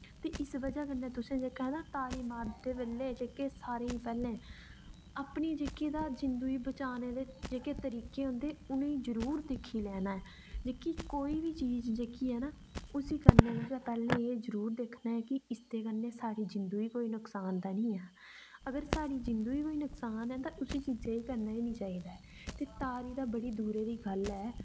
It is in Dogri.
ते इस बजह् कन्नै तुसें जेह्का ना तारी मारदे बेल्ले जेह्के सारें गी पैह्लें अपनी जेह्की जिंदू गी बचाने दे जेह्के तरीके होंदे उ'नेंगी जरूर दिक्खी लैना ऐ जेह्की कोई बी चीज जेह्की ऐ ना उसी करने शा पैह्लें एह् जरूर दिक्खना ऐ कि इसदे कन्नै साढ़ी जिंदू गी कोई नुकसान ते निं ऐ अगर साढ़ी जिंदू गी नुकसान ऐ तां उस चीजे गी करना गै निं चाहिदी ऐ ते तारी ते बड़ी दूरै दी गल्ल ऐ